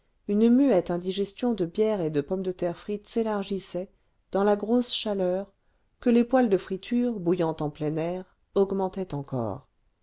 une muette indigestion de bière et de pommes de terre frites s'élargissait dans la grosse chaleur que les poêles de friture bouillant en plein air augmentaient encore